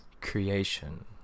creation